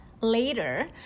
later